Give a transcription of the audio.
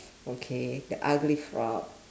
okay the ugly frog